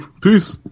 peace